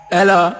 Hello